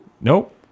Nope